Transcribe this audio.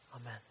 Amen